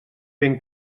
ben